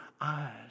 eyes